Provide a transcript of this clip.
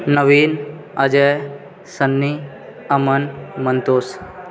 Naveen Ajay Sunny Aman Mantosh